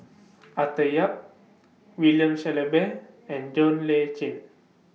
Arthur Yap William Shellabear and John Le Cain